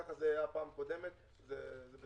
ככה זה היה בפעם הקודמת, זה בסדר.